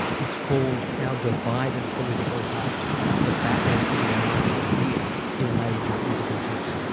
it's called our divided political heart the battle for the american idea in an age of discontent.